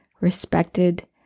respected